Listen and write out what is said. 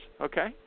okay